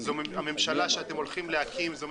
הממשלה שהולכת לקום לא